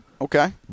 Okay